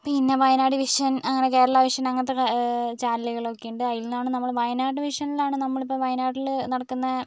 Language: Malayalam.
പിന്നെ വയനാട് വിഷൻ അങ്ങനെ കേരള വിഷൻ അങ്ങനത്തെ ചാനലുകളൊക്കെ ഉണ്ട് അതിന്ന് ആണ് നമ്മൾ വയനാട് വിഷനിൽ ആണ് നമ്മൾ ഇപ്പോൾ വയനാടിൽ നടക്കുന്ന